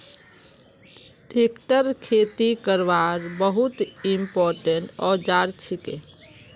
tractor खेती करवार बहुत इंपोर्टेंट औजार छिके